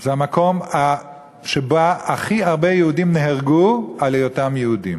זה המקום שבו הכי הרבה יהודים נהרגו על היותם יהודים,